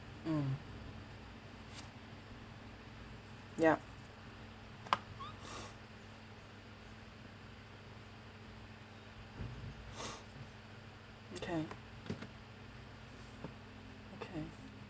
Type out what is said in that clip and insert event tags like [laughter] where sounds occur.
mm yup [noise] okay okay